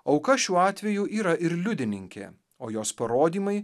auka šiuo atveju yra ir liudininkė o jos parodymai